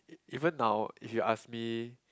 even now if you ask me